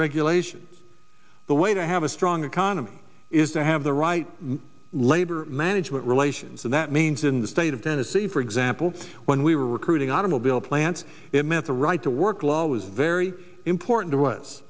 regulations the way to have a strong economy is to have the right labor management relations and that means in the state of tennessee for example when we were recruiting automobile plants it meant the right to work law was very important to us